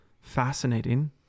fascinating